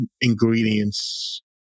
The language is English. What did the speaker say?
ingredients